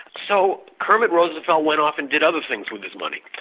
so kermit roosevelt went off and did other things with his money.